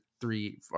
three